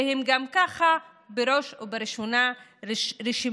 והם גם ככה בראש רשימת